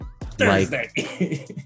Thursday